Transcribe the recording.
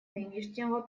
нынешнего